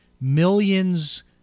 millions